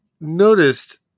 noticed